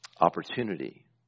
opportunity